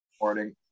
Morning